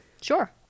Sure